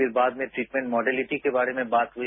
फिर बाद में ट्रीटमेंट मोडेलिटी के बारे में बात हुई